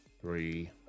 three